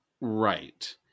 Right